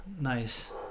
Nice